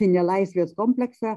nelaisvės kompleksą